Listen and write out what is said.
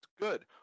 good